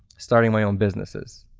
starting my own businesses.